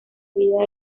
vida